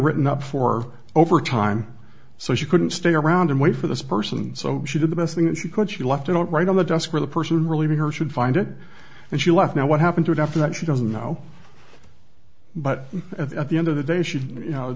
written up for overtime so she couldn't stay around and wait for this person so she did the best thing that she could she left a note right on the desk where the person relieving her should find it and she left now what happened to it after that she doesn't know but at the end of the day should you know